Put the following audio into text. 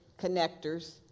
connectors